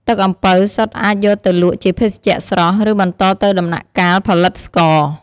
ទឹកអំពៅសុទ្ធអាចយកទៅលក់ជាភេសជ្ជៈស្រស់ ឬបន្តទៅដំណាក់កាលផលិតស្ករ។